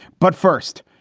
but first,